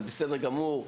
זה בסדר גמור,